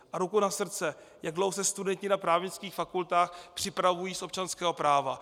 A ruku na srdce: Jak dlouho se studenti na právnických fakultách připravují z občanského práva?